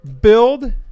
build